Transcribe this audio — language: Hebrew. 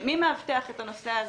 מי מאבטח את הנושא הזה?